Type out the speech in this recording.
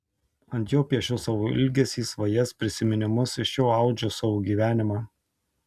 ant jo piešiu savo ilgesį svajas prisiminimus iš jo audžiu savo gyvenimą